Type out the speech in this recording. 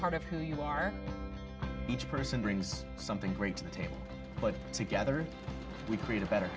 part of who you are each person brings something great table but together we create a better